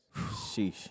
Sheesh